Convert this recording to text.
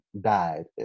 died